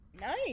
Nice